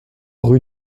rue